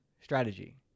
strategy